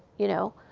you know?